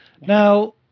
now